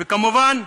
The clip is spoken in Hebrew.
וכמובן,